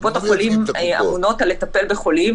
קופות החולים אמונות על לטפל בחולים